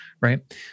Right